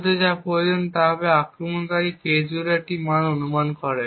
মূলত যা প্রয়োজন হবে তা হল আক্রমণকারী K0 এর একটি মান অনুমান করে